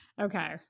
Okay